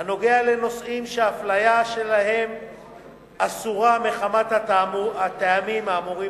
בנושאים שהאפליה בהם אסורה מחמת הטעמים האמורים